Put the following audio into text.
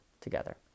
together